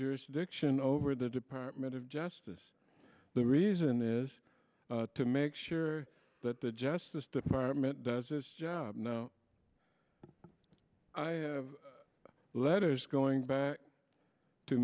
jurisdiction over the department of justice the reason is to make sure that the justice department does its job and i have letters going back to